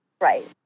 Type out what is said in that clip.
right